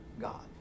God